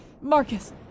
Marcus